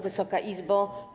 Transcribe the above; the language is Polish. Wysoka Izbo!